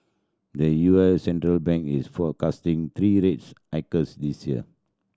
the U S central bank is forecasting three rates hikes this year